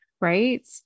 right